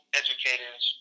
educators